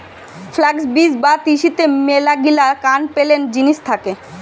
flux বীজ বা তিসিতে মেলাগিলা কান পেলেন জিনিস থাকে